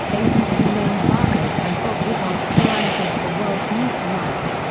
abc named vargas and bob woodruff co-anchors for world news tonight.